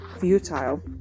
futile